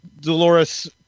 Dolores